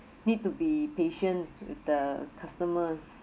need to be patient with the customers